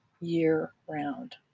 year-round